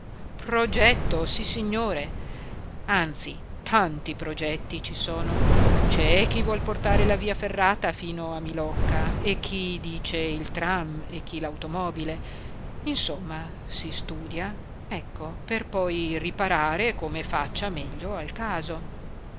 progetto sissignore anzi tanti progetti ci sono c'è chi vuol portare la via ferrata fino a milocca e chi dice il tram e chi l'automobile insomma si studia ecco per poi riparare come faccia meglio al caso